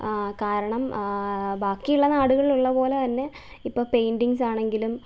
കാരണം ബാക്കിയുള്ള നാടുകളിലുള്ളപോലെ തന്നെ ഇപ്പോൾ പെയിൻ്റിങ്ങ്സാണെങ്കിലും